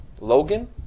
Logan